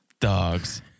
Dogs